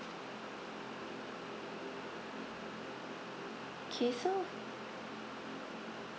okay so